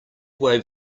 wave